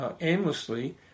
aimlessly